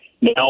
Now